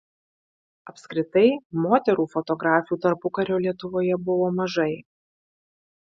apskritai moterų fotografių tarpukario lietuvoje buvo mažai